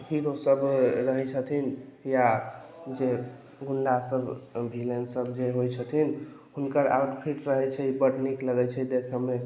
hero सभ रहैत छथिन या जे गुन्डा सभ विलेन सभ जे होइत छथिन हुनकर आउटफिट रहैत छै बड्ड नीक लगैत छै देखैमे